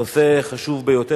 נושא חשוב ביותר.